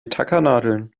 tackernadeln